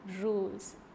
rules